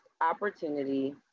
opportunity